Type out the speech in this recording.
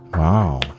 Wow